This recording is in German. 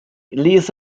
ließ